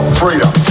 freedom